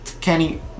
Kenny